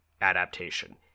adaptation